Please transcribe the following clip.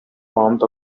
warmth